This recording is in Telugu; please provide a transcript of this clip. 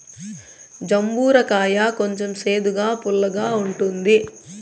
జంబూర కాయ కొంచెం సేదుగా, పుల్లగా ఉంటుంది